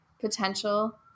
potential